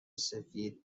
سفید